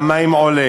מחיר המים עולה,